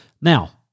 Now